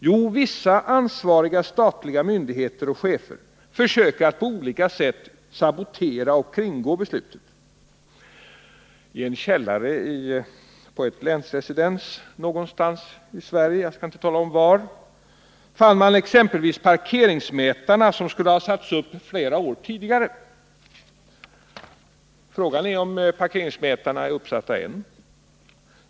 Jo, vissa ansvariga statliga myndigheter och chefer försöker på olika sätt sabotera och kringgå beslutet. I en källare i ett länsresidens någonstans i Sverige — jag skall inte tala om var — fann man exempelvis parkeringsmätare som skulle ha satts upp flera år tidigare. Frågan är om parkeringsmätarna är uppsatta än.